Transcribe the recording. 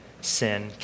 sin